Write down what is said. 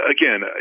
Again